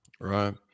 right